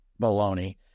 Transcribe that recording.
baloney